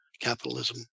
capitalism